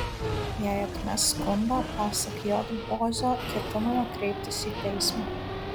jei atmes skundą pasak j bozio ketinama kreiptis į teismą